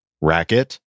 Racket